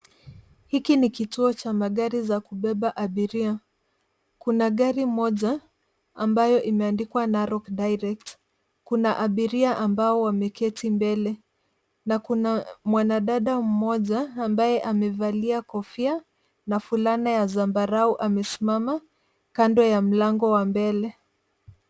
Hiki ni kituo cha magari ya kubeba abiria. Kuna gari moja iliyoandikwa Narok Direct . Kuna abiria ambao wameketi mbele, na kuna mwanadada mmoja aliyevaa kofia na fulana ya zambarau, amesimama kando ya mlango wa mbele.